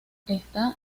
está